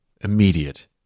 immediate